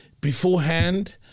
beforehand